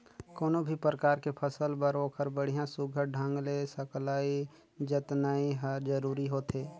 कोनो भी परकार के फसल बर ओखर बड़िया सुग्घर ढंग ले सकलई जतनई हर जरूरी होथे